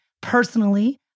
Personally